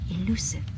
elusive